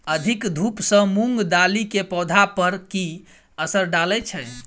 अधिक धूप सँ मूंग दालि केँ पौधा पर की असर डालय छै?